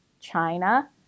China